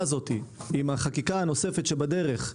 הזאת ביחד עם החקיקה הנוספת שבדרך,